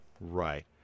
Right